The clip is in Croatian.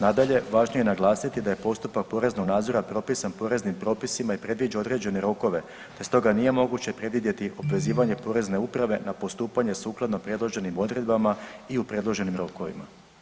Nadalje, važnije je naglasiti da je postupak poreznog nadzora propisan poreznim propisima i predviđa određene rokove te stoga nije moguće predvidjeti obvezivanje Porezne uprave na postupanje sukladno predloženim odredbama i u predloženim rokovima.